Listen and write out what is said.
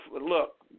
look